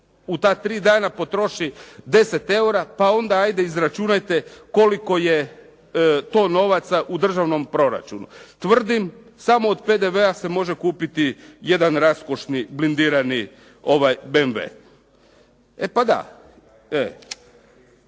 u ta tri dana potroši 10 eura pa onda ajde izračunajte koliko je to novaca u državnom proračunu. Tvrdim samo od PDV-a se može kupiti jedan raskošni blindirani BMW. …/Upadica